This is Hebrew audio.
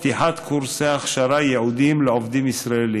פתיחת קורסי הכשרה ייעודיים לעובדים ישראלים,